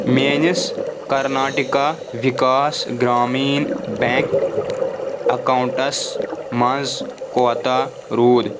میٲنِس Karnataka Vikas Grameena bank accounts منٛز کوٗتاہ روٗد